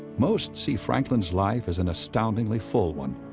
most see franklin's life as an astoundingly full one.